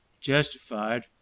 justified